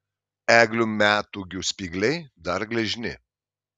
eglių metūgių spygliai dar gležni